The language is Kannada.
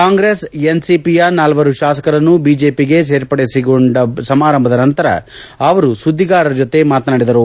ಕಾಂಗ್ರೆಸ್ ಎನ್ಸಿಪಿಯ ನಾಲ್ವರು ಶಾಸಕರನ್ನು ಬಿಜೆಪಿಗೆ ಸೇರ್ಪಡೆಗೊಳಿಸಿಕೊಂಡ ಸಮಾರಂಭದ ನಂತರ ಅವರು ಸುದ್ದಿಗಾರರ ಜೊತೆ ಮಾತನಾಡಿದರು